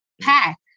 pack